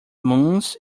moons